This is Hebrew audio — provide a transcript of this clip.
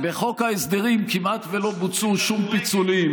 בחוק ההסדרים כמעט לא בוצעו שום פיצולים.